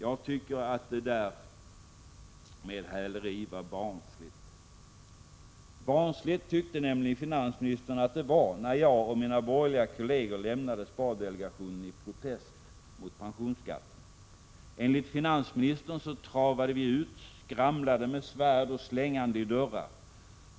Jag tycker att det där med häleri var ”barnsligt”. Barnsligt tyckte nämligen finansministern att det var när jag och mina 15 borgerliga kolleger lämnade Spardelegationen i protest mot pensionsskat ten. Enligt finansministern travade vi ut, skramlande med ett svärd och slängande i dörrar.